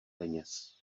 peněz